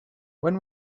when